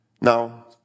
Now